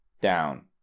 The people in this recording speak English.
down